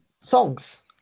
songs